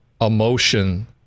emotion